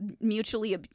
mutually